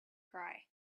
cry